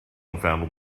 found